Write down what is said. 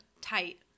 tight